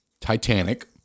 Titanic